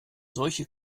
solche